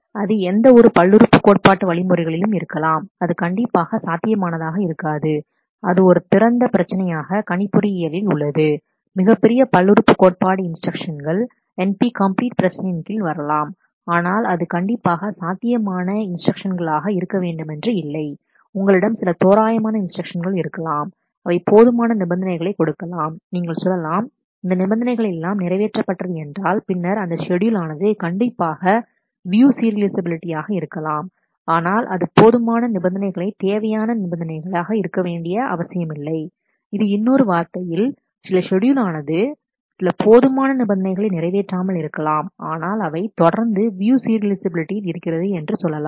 அது எந்த ஒரு பல்லுறுப்பு கோட்பாட்டு வழி முறைகளிலும் இருக்கலாம் அது கண்டிப்பாக சாத்தியமானதாக இருக்காது அது ஒரு திறந்த பிரச்சனையாக கணிப்பொறி இயலில் உள்ளது மிகப்பெரிய பல்லுறுப்பு கோட்பாட்டு இன்ஸ்டிரக்ஷன்கள் NP கம்ப்ளீட் பிரச்சினையின் கீழ் வரலாம் ஆனால் அது கண்டிப்பாக சாத்தியமான இன்ஸ்டிரக்ஷன்களாக இருக்க வேண்டுமென்று இல்லை உங்களிடம் சில தோராயமான இன்ஸ்டிரக்ஷன்கள் இருக்கலாம் அவை போதுமான நிபந்தனைகளை கொடுக்கலாம் நீங்கள் சொல்லலாம் இந்த நிபந்தனைகள் எல்லாம் நிறைவேற்றப்பட்டது என்றால் பின்னர் அந்த ஷெட்யூல் ஆனது கண்டிப்பாக வியூ சீரியலைஃசபிலிட்டி ஆக இருக்கலாம் ஆனால் போதுமான நிபந்தனைகள் தேவையான நிபந்தனைகள் ஆக இருக்க வேண்டிய அவசியம் இல்லை இது இன்னொரு வார்த்தையில் சில ஷெட்யூல் ஆனது சில போதுமான நிபந்தனைகளை நிறைவேற்றாமல் இருக்கலாம் ஆனால் அவை தொடர்ந்து வியூ சீரியலைஃசபிலிட்டியில் இருக்கிறது என்று சொல்லலாம்